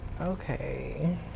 Okay